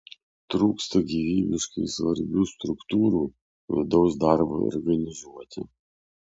trūksta gyvybiškai svarbių struktūrų vidaus darbui organizuoti